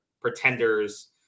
pretenders –